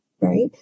right